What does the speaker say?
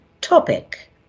topic